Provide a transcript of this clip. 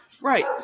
Right